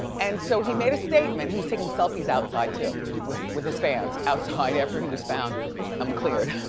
and so he made a statement. he was taking selfies outside too with with his fans outside after he was found um cleared.